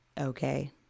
Okay